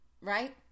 right